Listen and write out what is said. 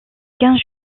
quinze